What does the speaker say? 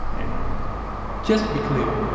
you know just to be clear,